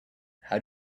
how